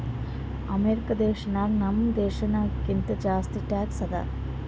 America ದೇಶನಾಗ್ ನಮ್ ದೇಶನಾಗ್ ಕಿಂತಾ ಜಾಸ್ತಿ ಟ್ಯಾಕ್ಸ್ ಅದಾ